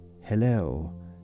Hello